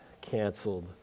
canceled